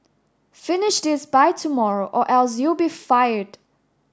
finish this by tomorrow or else you'll be fired